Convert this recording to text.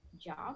job